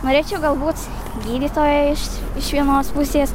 norėčiau galbūt gydytoja iš iš vienos pusės